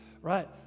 right